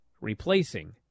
replacing